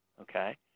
okay